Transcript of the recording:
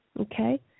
okay